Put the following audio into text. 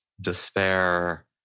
despair